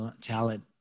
talent